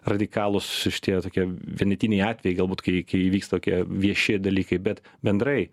radikalūs šitie tokie vienetiniai atvejai galbūt kai įvyks tokie vieši dalykai bet bendrai